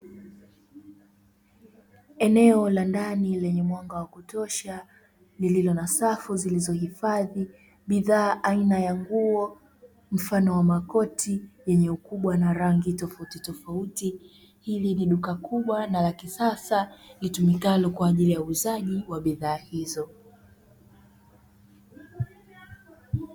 Eneo la ndani lenye mwanga wa kutosha lililo na safu zilizohifadhi bidhaa aina ya nguo mfano wa makoti yenye ukubwa na rangi tofautitofauti, hili ni duka kubwa na la kisasa litumikalo kwa ajili ya uuzaji wa bidhaa hizo.